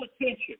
attention